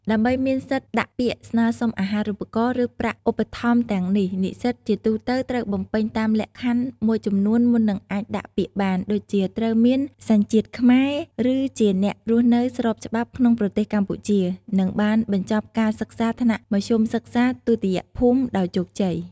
ដើម្បីមានសិទ្ធិដាក់ពាក្យស្នើសុំអាហារូបករណ៍ ឬប្រាក់ឧបត្ថម្ភទាំងនេះ និស្សិតជាទូទៅត្រូវបំពេញតាមលក្ខខណ្ឌមួយចំនួនមុននឹងអាចដាក់ពាក្យបាន ដូចជា ត្រូវមានសញ្ជាតិខ្មែរ ឬជាអ្នករស់នៅស្របច្បាប់ក្នុងប្រទេសកម្ពុជា និង បានបញ្ចប់ការសិក្សាថ្នាក់មធ្យមសិក្សាទុតិយភូមិដោយជោគជ័យ។